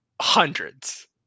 Hundreds